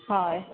হয়